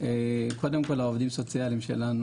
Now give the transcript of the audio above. קודם העו"סים שלנו,